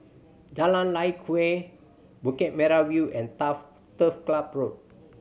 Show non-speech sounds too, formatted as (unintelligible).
Jalan Lye Kwee Bukit Merah View and (unintelligible) Turf Club Road